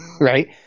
right